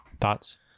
thoughts